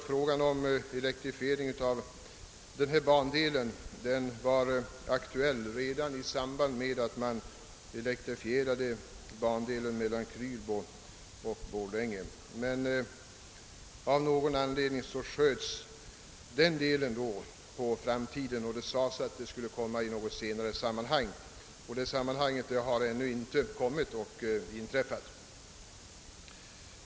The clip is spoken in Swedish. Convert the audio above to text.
Frågan om elektrifiering av bandelen Borlänge—Mora var aktuell redan i samband med att man elektrifierade bandelen Krylbo—Borlänge, men av någon anledning sköts den då på framtiden; det sades att den skulle genomföras i något senare sammanhang. Detta sammanhang har ännu inte inträffat.